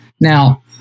now